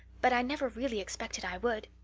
but i never really expected i would.